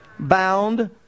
Bound